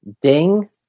Ding